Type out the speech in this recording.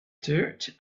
dirt